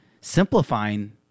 simplifying